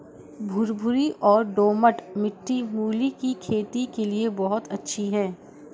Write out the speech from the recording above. भुरभुरी और दोमट मिट्टी मूली की खेती के लिए बहुत अच्छी है